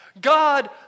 God